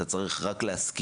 אתה רק צריך רק להסכים,